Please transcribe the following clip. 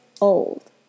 old